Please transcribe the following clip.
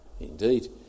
Indeed